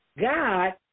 God